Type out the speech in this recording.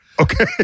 Okay